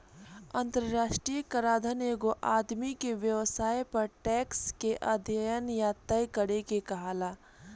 अंतरराष्ट्रीय कराधान एगो आदमी के व्यवसाय पर टैक्स के अध्यन या तय करे के कहाला